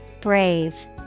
Brave